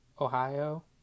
Ohio